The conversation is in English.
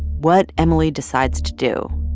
what emily decides to do.